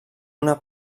una